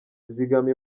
zigama